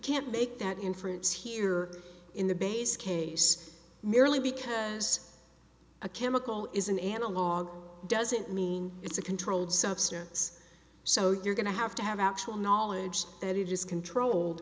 can't make that inference here in the base case merely because a chemical is an analogue doesn't mean it's a controlled substance so you're going to have to have actual knowledge that it is controlled